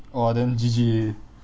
!wah! then G_G already